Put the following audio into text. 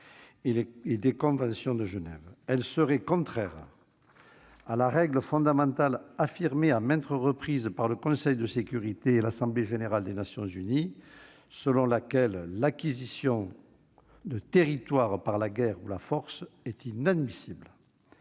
et des conventions de Genève. Elle serait contraire à la règle fondamentale affirmée à maintes reprises par le Conseil de sécurité et l'Assemblée générale des Nations unies, selon laquelle l'acquisition de territoires par la guerre ou la force est inadmissible.